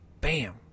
Bam